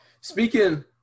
speaking